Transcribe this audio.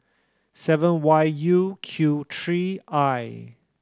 seven Y U Q three I